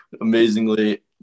amazingly